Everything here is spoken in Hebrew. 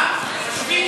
2015,